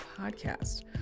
Podcast